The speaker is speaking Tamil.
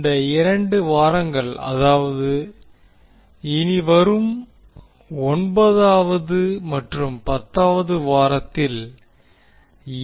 இந்த இரண்டு வாரங்கள் அதாவது இனி வரும் ஒன்பதாவது மற்றும் பத்தாவது வாரத்தில் ஏ